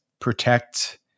protect